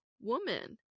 woman